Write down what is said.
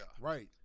Right